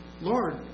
Lord